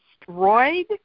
destroyed